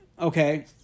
okay